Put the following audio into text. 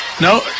No